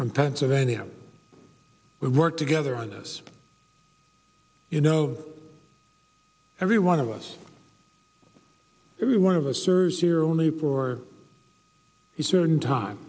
from pennsylvania we work together on this you know every one of us every one of the servers here only for a certain time